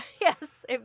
Yes